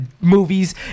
movies